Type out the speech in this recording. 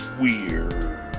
Weird